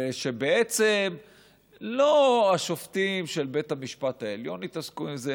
שבעצם לא השופטים של בית המשפט העליון יתעסקו עם זה,